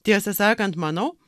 tiesą sakant manau